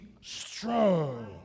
strong